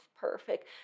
perfect